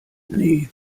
nee